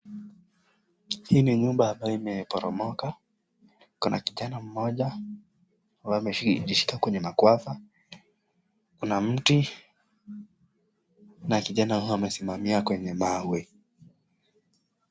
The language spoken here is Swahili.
Hii ni nyumba ambayo imeporomoka, kuna kijana mmoja amejishika kwenye makwapa, kuna mti na kijana amesimamia kwenye mawe.